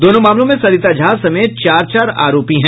दोनों मामलों में सरिता झा समेत चार चार आरोपी हैं